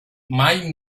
mai